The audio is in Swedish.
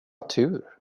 tur